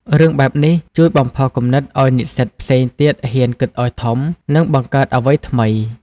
រឿងបែបនេះជួយបំផុសគំនិតឲ្យនិស្សិតផ្សេងទៀតហ៊ានគិតឲ្យធំ និងបង្កើតអ្វីថ្មី។